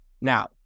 Now